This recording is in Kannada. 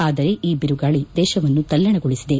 ಆದರೆ ಈ ಬಿರುಗಾಳಿ ದೇಶವನ್ನು ತಲ್ಲಣಗೊಳಿಸಿದೆ